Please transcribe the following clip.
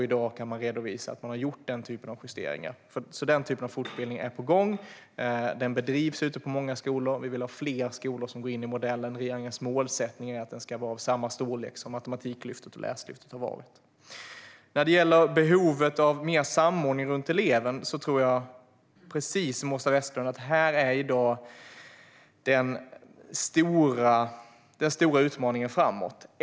I dag kan man redovisa att man gjort den typen av justeringar. Denna typ av fortbildning är alltså på gång och bedrivs ute på många skolor. Vi vill ha fler skolor som går in i modellen. Regeringens målsättning är att den ska vara av samma storlek som Matematiklyftet och Läslyftet har varit. När det gäller behovet av mer samordning runt eleven tror jag precis som Åsa Westlund att detta är den stora utmaningen framåt.